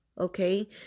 Okay